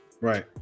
Right